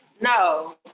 No